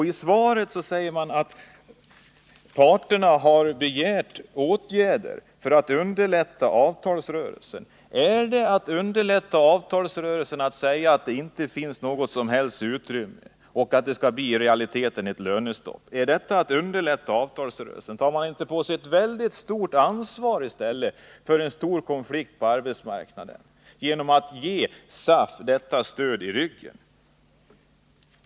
I svaret heter det att parterna har begärt åtgärder ”för att underlätta avtalsrörelsen”. Är det att underlätta avtalsrörelsen att säga att det inte finns något som helst utrymme och att det i realiteten skall bli ett lönestopp? Tar man inte i stället på sig ett mycket stort ansvar för risken för en storkonflikt på arbetsmarknaden genom att ge SAF detta stöd i ryggen?